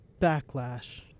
backlash